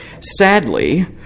Sadly